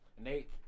Nate